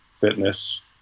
fitness